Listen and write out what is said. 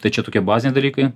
tai čia tokie baziniai dalykai